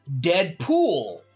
Deadpool